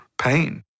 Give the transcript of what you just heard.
pain